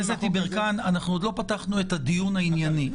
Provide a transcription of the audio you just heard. עוד לא פתחנו את הדיון הענייני.